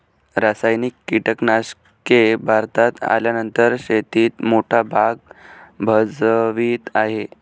रासायनिक कीटनाशके भारतात आल्यानंतर शेतीत मोठा भाग भजवीत आहे